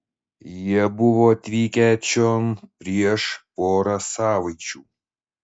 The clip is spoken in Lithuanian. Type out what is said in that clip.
jie buvo atvykę čion prieš porą savaičių